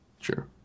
Sure